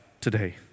today